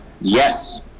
Yes